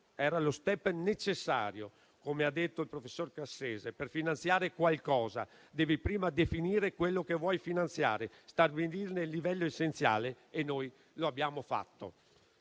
era lo *step* necessario, come ha detto il professor Cassese; per finanziare qualcosa, occorre prima definire quello che si vuole finanziare e stabilirne il livello essenziale, e noi lo abbiamo fatto.